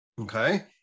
okay